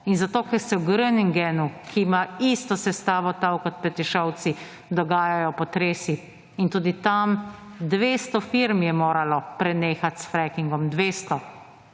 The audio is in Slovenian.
In zato, ker se v Groningenu, ki ima isto sestavo tal kot Petišovci dogajajo potresi in tudi tam 200 firm je moralo penehati s frackingom. 200,